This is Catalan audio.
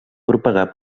propagar